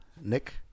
Nick